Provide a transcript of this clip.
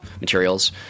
materials